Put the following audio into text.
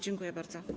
Dziękuję bardzo.